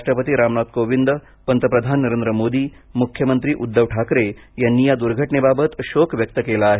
राष्ट्रपती रामनाथ कोविंद पंतप्रधान नरेंद्र मोदी मुख्यमंत्री उद्धव ठाकरे यांनी या दुर्घटनेबाबत शोक व्यक्त केला आहे